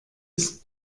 ist